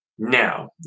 now